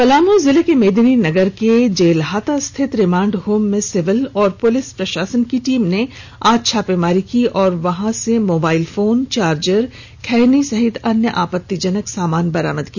पलामू जिले के मेदिनीनगर के जेलहाता स्थित रिमांड होम में सिविल और पुलिस प्रशासन की टीम ने आज छापामारी की और वहां से मोबाइल फोन चार्जर खैनी सहित अन्य आपतिजनक सामान बरामद किया